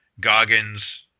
Goggins